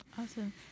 Awesome